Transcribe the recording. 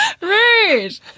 Rude